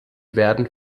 werden